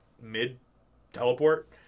mid-teleport